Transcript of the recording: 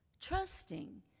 Trusting